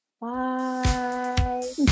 Bye